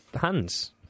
hands